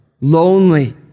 lonely